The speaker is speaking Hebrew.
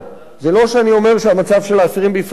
זה לא שאני אומר שהמצב של האסירים בישראל הוא טוב,